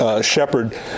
shepherd